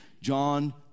John